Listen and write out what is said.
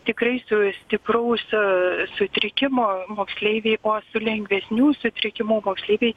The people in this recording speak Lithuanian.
tikrai su stipraus sutrikimo moksleiviai o su lengvesnių sutrikimu moksleiviai